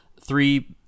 three